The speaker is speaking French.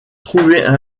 trouver